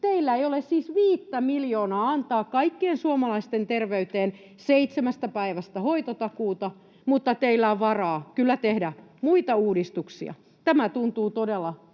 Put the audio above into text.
Teillä ei ole siis viittä miljoonaa antaa kaikkien suomalaisten terveyteen seitsemästä päivästä hoitotakuuta, mutta teillä on varaa kyllä tehdä muita uudistuksia. Tämä tuntuu todella kurjalta